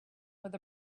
with